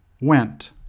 went